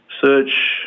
search